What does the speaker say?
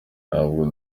ntabwo